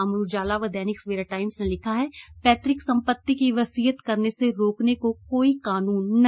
अमर उजाला व दैनिक सवेरा टाइम्स ने लिखा है पैतृक सम्पत्ति की वसीयत करने से रोकने को कोई कानून नहीं